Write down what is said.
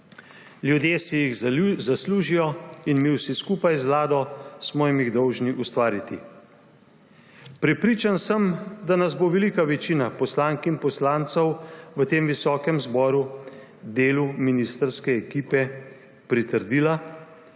Ljudje si zaslužijo in mi vsi skupaj z vlado smo jim jih dolžni ustvariti. Prepričan sem, da bo velika večina nas, poslank in poslancev v tem visokem zboru, delu ministrske ekipe pritrdila,